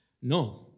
No